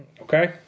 Okay